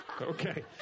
Okay